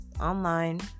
online